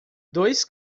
dois